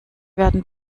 werden